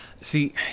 See